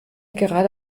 gerade